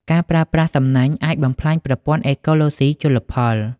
ការប្រើប្រាស់សំណាញ់អាចបំផ្លាញប្រព័ន្ធអេកូឡូស៊ីជលផល។